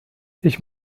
ich